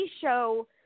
show